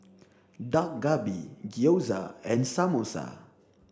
Dak Galbi Gyoza and Samosa